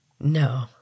No